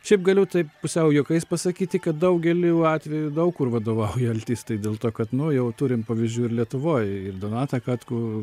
šiaip galiu taip pusiau juokais pasakyti kad daugeliu atveju daug kur vadovauja altistai dėl to kad nu jau turim pavyzdžių ir lietuvoj ir donatą katkų